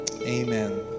Amen